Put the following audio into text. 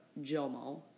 JOMO